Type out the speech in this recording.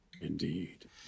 Indeed